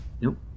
nope